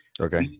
Okay